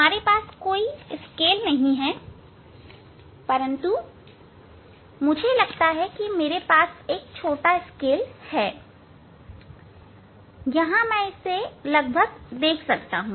हमारे पास यहां कोई स्केल नहीं है परंतु मुझे लगता है मेरे पास एक छोटा स्केल है यहां से मैं इसे लगभग देख सकता हूं